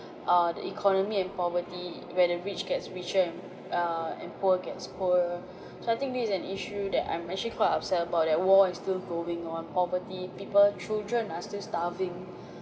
err the economy and poverty where the rich gets richer and err and poor gets poor so I think this is an issue that I'm actually quite upset about that war is still going on poverty people children are still starving